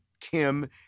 Kim